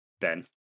Ben